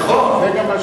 זה נכון.